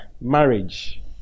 Marriage